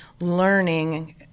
learning